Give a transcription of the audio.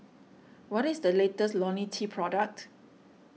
what is the latest Lonil T product